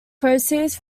proceeds